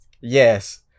Yes